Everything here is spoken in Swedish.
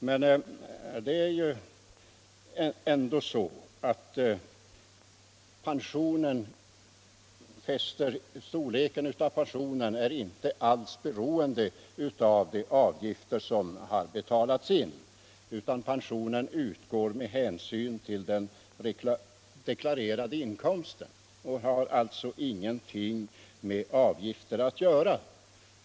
Men det är ju så att storleken på pensionen inte alls är beroende av de avgifter som har betalats in, utan pension utgår med hänsyn till den deklarerade inkomsten och har ingenting med avgifter att göra.